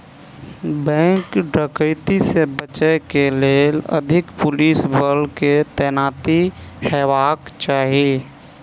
bank डकैती से बचय के लेल अधिक पुलिस बल के तैनाती हेबाक चाही